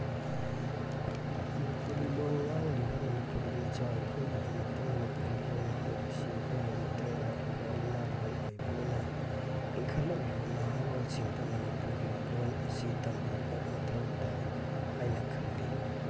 ꯃꯅꯤꯄꯨꯔꯤ ꯂꯣꯟ ꯉꯥꯡꯂꯤꯕ ꯃꯅꯤꯄꯨꯔꯤ ꯃꯆꯥ ꯑꯩꯈꯣꯏꯒꯤꯗꯃꯛꯇ ꯃꯅꯤꯄꯨꯔꯤ ꯂꯣꯟ ꯍꯥꯏꯕꯁꯤ ꯑꯩꯈꯣꯏꯒꯤ ꯑꯃꯠꯇ ꯉꯥꯏꯔꯕ ꯏꯃꯥ ꯂꯣꯟ ꯑꯣꯏꯕꯅꯤꯅ ꯏꯟꯈꯠꯂꯛꯂꯤꯕ ꯅꯍꯥꯔꯣꯜꯁꯤꯡꯗ ꯃꯅꯤꯄꯨꯔꯤ ꯂꯣꯟ ꯑꯁꯤ ꯇꯝꯕꯤꯕ ꯃꯊꯧ ꯇꯥꯏ ꯍꯥꯏꯅ ꯈꯜꯂꯤ